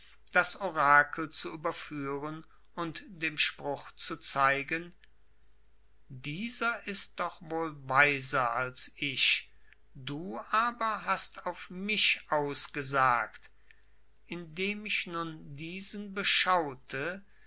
das orakel zu überführen und dem spruch zu zeigen dieser ist doch wohl weiser als ich du aber hast auf mich ausgesagt indem ich nun diesen beschaute